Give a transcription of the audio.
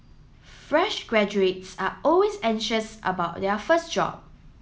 fresh graduates are always anxious about their first job